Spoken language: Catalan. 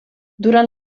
durant